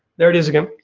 there it is again,